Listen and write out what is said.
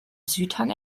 südhang